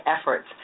efforts